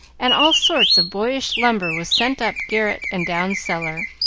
and all sorts of boyish lumber was sent up garret and down cellar.